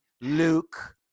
Luke